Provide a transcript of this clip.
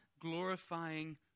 glorifying